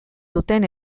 duten